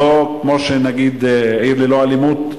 לא כמו "עיר ללא אלימות",